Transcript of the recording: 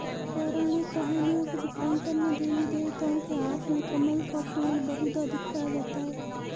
पौराणिक कहानियों के चित्रांकन में देवी देवताओं के हाथ में कमल का फूल बहुधा दिखाया जाता है